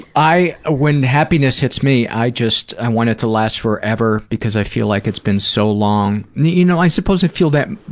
when happiness hits me, i just, i want it to last forever because i feel like it's been so long. you know, i suppose i feel that,